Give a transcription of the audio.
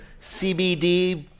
CBD